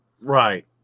Right